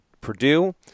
Purdue